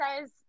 says